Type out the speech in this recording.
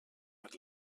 mit